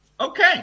Okay